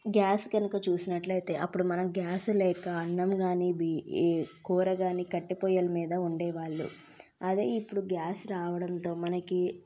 gas కనక చూసినట్లయితే అప్పుడు మనం గ్యాస్ లేక అన్నం కానీ బి ఈ కూర కానీ కట్టెపొయ్యిల మీద వండేవాళ్ళు అదే ఇప్పుడు గ్యాస్ రావడంతో మనకి